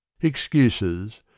Excuses